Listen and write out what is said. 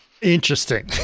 Interesting